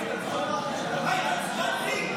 מה התעצבנתי?